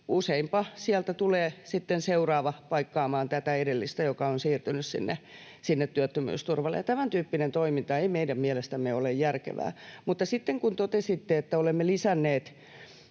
useinpa sieltä tulee sitten seuraava paikkaamaan tätä edellistä, joka on siirtynyt sinne työttömyysturvalle. Ja tämäntyyppinen toiminta ei meidän mielestämme ole järkevää. Mutta sitten, kun totesitte, että olemme lisänneet